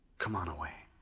come on away.